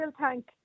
thank